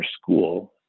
school